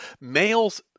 males